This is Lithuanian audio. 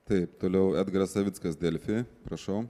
taip toliau edgaras savickas delfi prašau